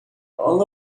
all